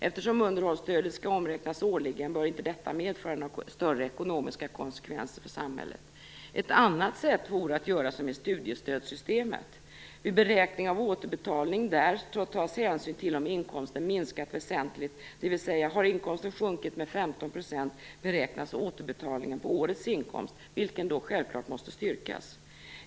Eftersom underhållsstödet skall omräknas årligen bör inte detta medföra några större ekonomiska konsekvenser för samhället. Ett annat sätt vore att göra som i studiestödssystemet. Vid beräkning av återbetalning där tas hänsyn till om inkomsten minskat väsentligt, dvs. har inkomsten sjunkit med 15 % beräknas återbetalningen på årets inkomst, vilken självfallet måste styrkas.